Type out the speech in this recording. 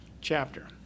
chapter